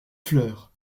fleur